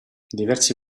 diversi